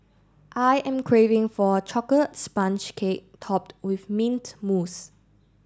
I am craving for a chocolate sponge cake topped with mint mousse